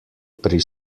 pri